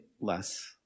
less